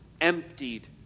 emptied